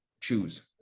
choose